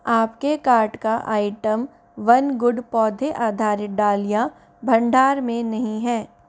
आपके कार्ट का item one good पौधे आधारित डालियाँ भंडार में नहीं है